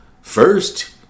first